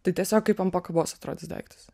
tai tiesiog kaip ant pakabos atrodys daiktas